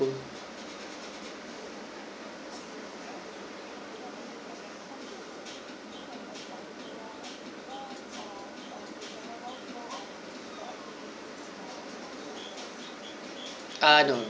ah no